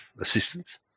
assistance